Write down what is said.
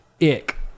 ick